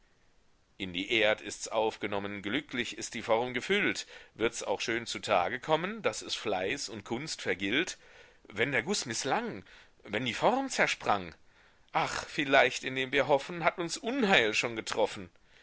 in die erd ist's aufgenommen glücklich ist die form gefüllt wirds auch schön zu tage kommen daß es fleiß und kunst vergilt wenn der guß mißlang wenn die form zersprang ach vielleicht indem wir hoffen hat uns unheil schon getroffen